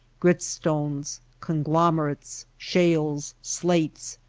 gritstones, conglomerates, shales, slates,